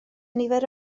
nifer